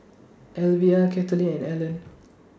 Alivia Katelin and Allan